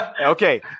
okay